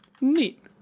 Neat